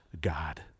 God